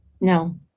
No